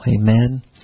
Amen